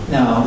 Now